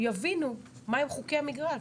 יבינו מה הם חוקי המגרש.